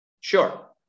Sure